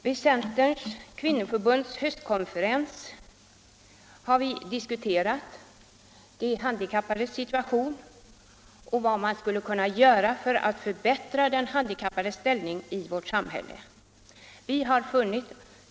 Vid Centerns kvinnoförbunds höstkonferens har vi diskuterat de handikappades situation och vad man skulle kunna göra för att förbättra deras ställning i vårt samhälle.